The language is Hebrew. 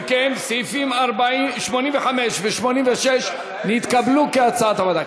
אם כן, סעיפים 85 ו-86 נתקבלו, כהצעת הוועדה.